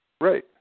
Right